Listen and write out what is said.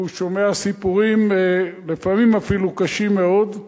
והוא שומע סיפורים, לפעמים אפילו קשים מאוד,